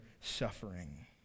suffering